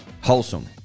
Wholesome